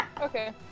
Okay